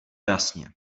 jasně